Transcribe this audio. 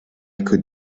could